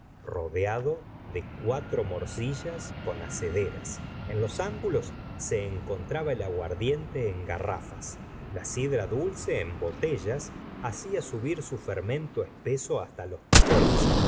rodeado de cuatro morcillas con acederas en los ángulos se encontraba el aguardiente en garrafas la sidra dulce en botellas hacia subir su fermento espeso hasta los tapones